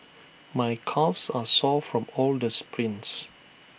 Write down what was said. my calves are sore from all the sprints